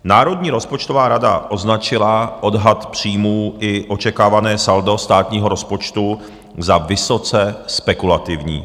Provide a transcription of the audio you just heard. Národní rozpočtová rada označila odhad příjmů i očekávané saldo státního rozpočtu za vysoce spekulativní.